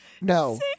No